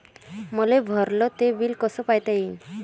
मले भरल ते बिल कस पायता येईन?